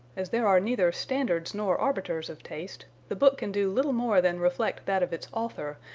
as there are neither standards nor arbiters of taste, the book can do little more than reflect that of its author,